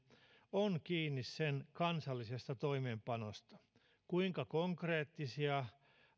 on kiinni sen kansallisesta toimeenpanosta siitä kuinka konkreettisia